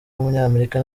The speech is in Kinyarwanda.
w’umunyamerika